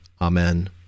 Amen